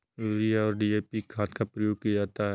urea और DAP खाद का प्रयोग किया जाता है